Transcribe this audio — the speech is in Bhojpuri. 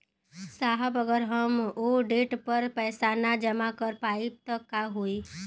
साहब अगर हम ओ देट पर पैसाना जमा कर पाइब त का होइ?